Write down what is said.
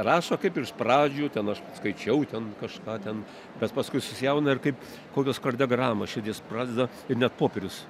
rašo kaip iš pradžių ten aš skaičiau ten kažką ten bet paskui susijaudina ir kaip kokios kardiogramos širdies pradeda ir net popierius